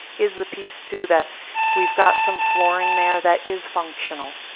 is the piece too that we've got some flooring there that is functional.